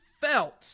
felt